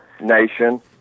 nation